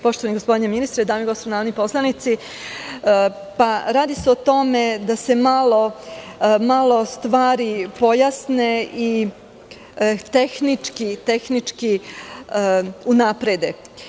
Poštovani gospodine ministre, dame i gospodo narodni poslanici, radi se o tome da se malo stvari pojasne i tehnički unaprede.